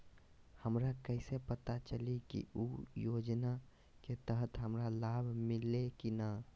हमरा कैसे पता चली की उ योजना के तहत हमरा लाभ मिल्ले की न?